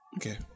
Okay